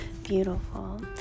beautiful